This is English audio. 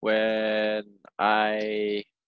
when I